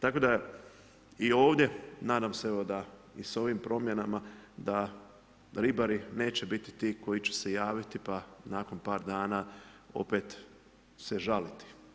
Tako da i ovdje, nadam se da evo i s ovim promjenama, da ribari neće biti ti koji će se javiti, pa nakon par dana, opet se žaliti.